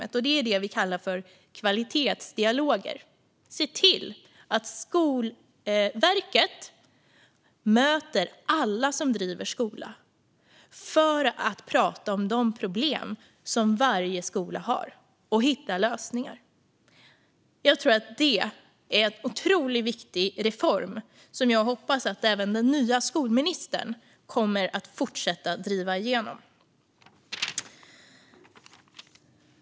Det är det som vi kallar för kvalitetsdialoger - att se till att Skolverket möter alla som driver skola för att prata om de problem som varje skola har och hitta lösningar. Jag tror att det är en otroligt viktig reform som jag hoppas att även den nya skolministern kommer att fortsätta att driva igenom.